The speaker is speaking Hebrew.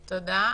תודה.